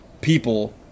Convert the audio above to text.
people